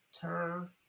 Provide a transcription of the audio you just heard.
turn